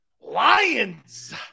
Lions